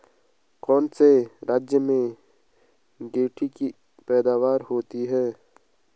कौन से राज्य में गेंठी की पैदावार होती है?